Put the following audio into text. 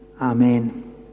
Amen